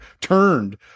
turned